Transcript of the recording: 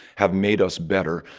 have made us better.